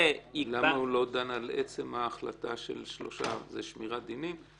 -- למה הוא לא דן על עצם ההחלטה של שמירת דינים?